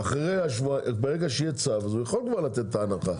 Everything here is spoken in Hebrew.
ברגע שיהיה צו, הוא יוכל לתת הנחה.